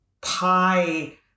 pie